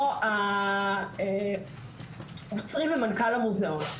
או האוצרים ומנכ"ל המוזיאון.